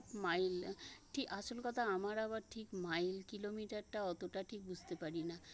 mile ঠিক আসল কথা আমার আবার ঠিক মাইল কিলোমিটারটা অতটা ঠিক বুঝতে পারি না